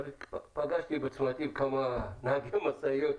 פגשתי בצמתים כמה נהגי משאיות,